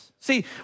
See